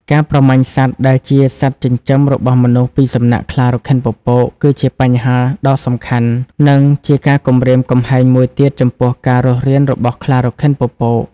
ការប្រមាញ់សត្វដែលជាសត្វចិញ្ចឹមរបស់មនុស្សពីសំណាក់ខ្លារខិនពពក គឺជាបញ្ហាដ៏សំខាន់ និងជាការគំរាមកំហែងមួយទៀតចំពោះការរស់រានរបស់ខ្លារខិនពពក ។